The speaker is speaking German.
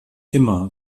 immer